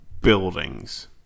buildings